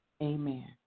amen